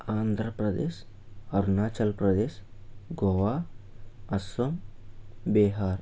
Andhra Pradesh Arunachal Pradesh Goa Assam Bihar